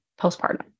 postpartum